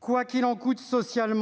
Quoi qu'il en coûte sur le plan social,